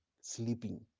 sleeping